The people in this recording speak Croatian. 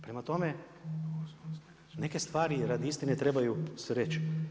Prema tome, neke stvari radi istine trebaju se reć.